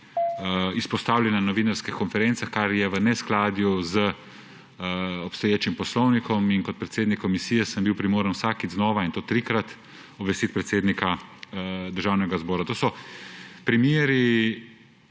izpostavili na novinarskih konferencah, kar je v neskladju z obstoječim poslovnikom. Kot predsednik komisije sem bil primoran vsakič znova, in to trikrat, obvestiti predsednika Državnega zbora. To so primeri,